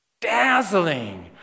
dazzling